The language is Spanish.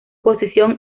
posición